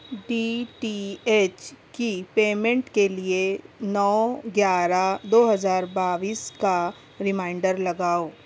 D T H کی payment کے لیے نو گیارہ دو ہزار بائس کا ریمائنڈر لگاؤ